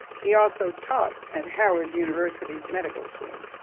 he also taught at howard university's medical school.